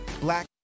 Black